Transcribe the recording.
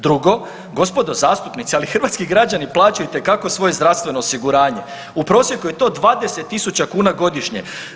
Drugo, gospodo zastupnici, ali hrvatski građani plaćaju itekako svoje zdravstveno osiguranje u prosjeku je to 20.000 kuna godišnje.